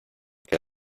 que